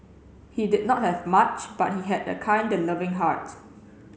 he did not have much but he had a kind and loving heart